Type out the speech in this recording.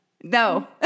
no